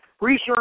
research